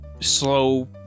slow